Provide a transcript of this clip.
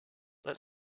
let